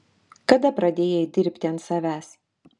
kada pradėjai dirbti ant savęs